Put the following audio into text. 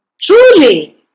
truly